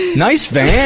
nice van.